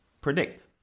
predict